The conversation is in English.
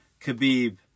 Khabib